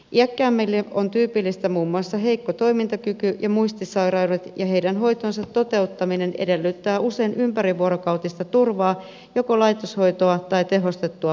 iäkkäimmille ovat tyypillisiä muun muassa heikko toimintakyky ja muistisairaudet ja heidän hoitonsa toteuttaminen edellyttää usein ympärivuorokautista turvaa joko laitoshoitoa tai tehostettua palveluasumista